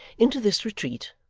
into this retreat,